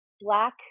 Black